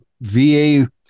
VA